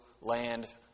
land